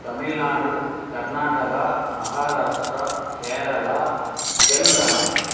Tamil Nadu Karnataka Maharashtra Kerala Telangana